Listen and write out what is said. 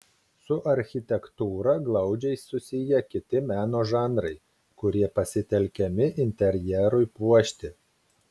su architektūra glaudžiai susiję kiti meno žanrai kurie pasitelkiami interjerui puošti